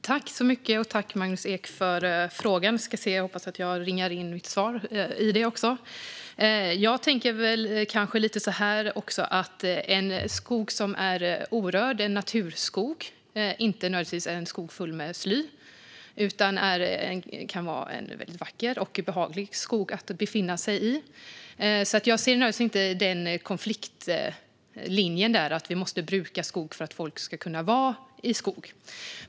Fru talman! Jag tackar Magnus Ek för frågan. Jag hoppas att jag också ringar in frågan i mitt svar. En skog som är orörd, en naturskog, är inte nödvändigtvis en skog full med sly. Det kan vara en väldigt vacker skog som är behaglig att befinna sig i. Jag ser inte den konfliktlinjen. Vi måste inte bruka skog för att folk ska kunna vara i skog.